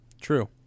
true